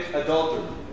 adultery